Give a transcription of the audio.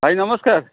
ଭାଇ ନମସ୍କାର